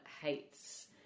hates